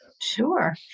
Sure